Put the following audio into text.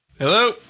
Hello